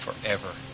forever